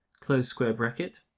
closed square bracket,